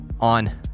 on